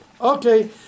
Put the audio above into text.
Okay